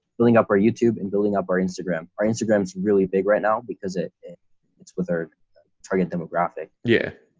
building up our youtube and building up our instagram, our instagrams really big right now because it it it's with our target demographic. yeah.